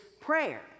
prayer